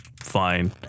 fine